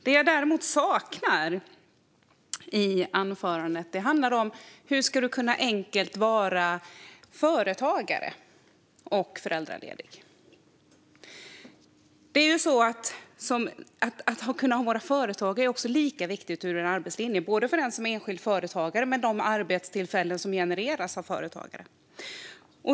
Det jag däremot saknar i anförandet handlar om hur man enkelt ska kunna vara företagare och föräldraledig. Att kunna vara företagare är lika viktigt med tanke på arbetslinjen, både för den som är enskild företagare och för de arbetstillfällen som genereras av företagare.